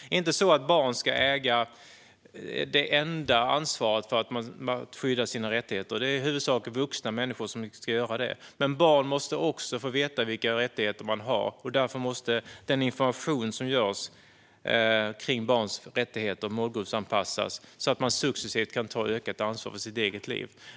Det är inte så att barn ska äga det enda ansvaret för att skydda sina rättigheter; det är i huvudsak vuxna människor som ska göra det. Men barn måste också få veta vilka rättigheter de har, och därför måste den information som ges om barns rättigheter målgruppsanpassas så att de successivt kan ta ett ökat ansvar för sitt eget liv.